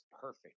perfect